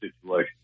situation